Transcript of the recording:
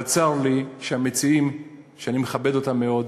אבל צר לי שהמציעים, שאני מכבד אותם מאוד,